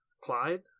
Clyde